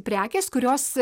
prekės kurios